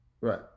Right